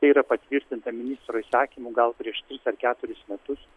tai yra patvirtinta ministro įsakymu gal prieš tris ar keturis metus